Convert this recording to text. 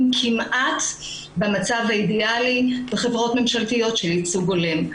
כמעט במצב האידיאלי בחברות ממשלתיות של ייצוג הולם.